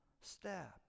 step